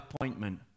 appointment